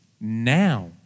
Now